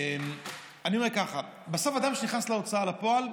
אני אומר ככה: בסוף אדם שנכנס להוצאה לפועל,